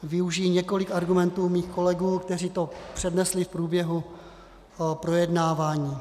Využiji několik argumentů svých kolegů, kteří to přednesli v průběhu projednávání.